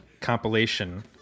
compilation